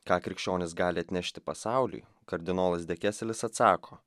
ką krikščionys gali atnešti pasauliui kardinolas dekeselis atsako